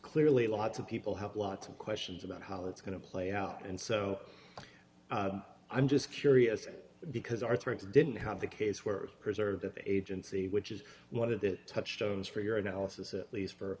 clearly lots of people have lots of questions about how it's going to play out and so i'm just curious because our troops didn't have the case were preserved at the agency which is one of the touch tone as for your analysis at least for